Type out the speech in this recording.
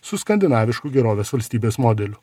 su skandinavišku gerovės valstybės modeliu